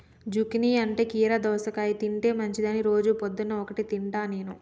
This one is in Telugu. జుకీనీ అంటే కీరా దోసకాయ తింటే మంచిదని రోజు పొద్దున్న ఒక్కటి తింటా నేను